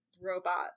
robot